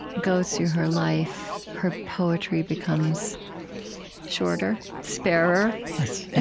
goes through her life, her poetry becomes shorter, sparer. yes. yeah